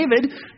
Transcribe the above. David